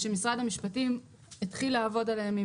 שמשרד המשפטים התחיל לעבוד עליהם עם